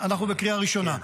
אנחנו בקריאה ראשונה.